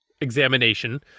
examination